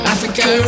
Africa